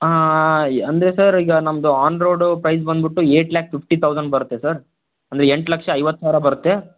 ಆಂ ಅಂದರೆ ಸರ್ ಈಗ ನಮ್ಮದು ಆನ್ ರೋಡು ಪ್ರೈಸ್ ಬಂದ್ಬಿಟ್ಟು ಏಟ್ ಲ್ಯಾಕ್ ಫಿಫ್ಟಿ ತೌಸಂಡ್ ಬರುತ್ತೆ ಸರ್ ಅಂದರೆ ಎಂಟು ಲಕ್ಷ ಐವತ್ತು ಸಾವಿರ ಬರುತ್ತೆ